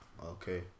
okay